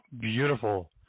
beautiful